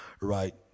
Right